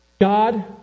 God